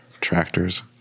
Tractors